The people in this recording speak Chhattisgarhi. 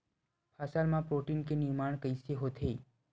फसल मा प्रोटीन के निर्माण कइसे होथे?